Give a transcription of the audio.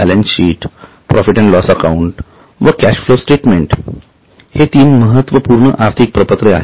balance sheet profit and loss account व cash flow statement हे तीन महत्त्वपूर्ण आर्थिक प्रपत्रे आहेत